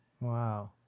wow